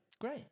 Great